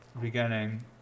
beginning